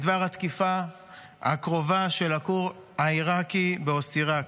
את דבר התקיפה הקרובה של הכור העיראקי באוסיראק.